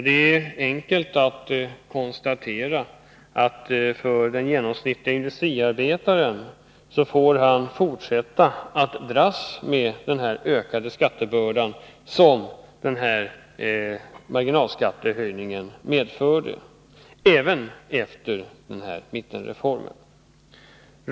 Det är enkelt att konstatera att den genomsnittlige industriarbetaren får fortsätta att dras med den ökade skattebörda som marginalskattehöjningen medförde, även efter mittenreformen.